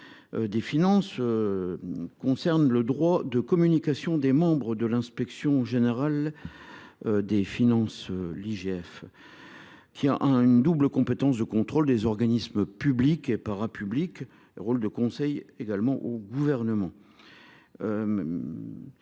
des finances, concerne le droit de communication des membres de l’inspection générale des finances, laquelle exerce une double compétence : le contrôle des organismes publics et parapublics, ainsi qu’un rôle de conseil auprès du Gouvernement.